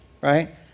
right